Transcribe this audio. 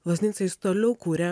loznica jis toliau kuria